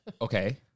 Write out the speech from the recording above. Okay